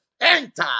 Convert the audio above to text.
Enter